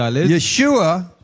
Yeshua